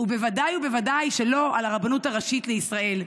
ובוודאי ובוודאי שלא על הרבנות הראשית לישראל,